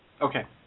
Okay